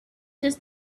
his